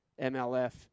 MLF